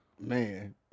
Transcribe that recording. Man